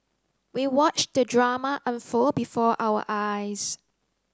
we watched the drama unfold before our eyes